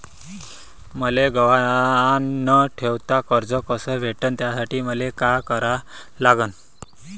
मले गहान न ठेवता कर्ज कस भेटन त्यासाठी मले का करा लागन?